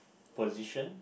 position